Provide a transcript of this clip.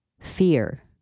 fear